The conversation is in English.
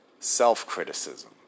Self-criticism